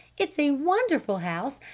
it's a wonderful house.